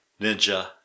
ninja